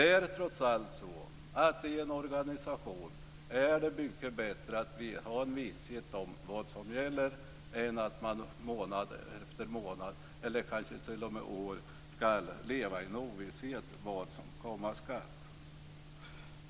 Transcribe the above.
I en organisation är det trots allt mycket bättre att ha en visshet om vad som gäller än att månad efter månad eller kanske t.o.m. år efter år leva i ovisshet om vad som komma skall.